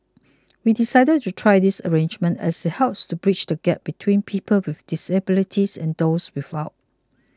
we decided to try this arrangement as it helps to bridge the gap between people with disabilities and those without